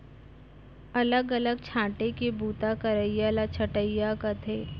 अलग अलग छांटे के बूता करइया ल छंटइया कथें